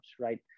right